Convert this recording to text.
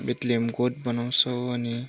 Bethlehem गोठ बनाउँछौँ अनि